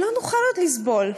לא נוכל עוד לסבול,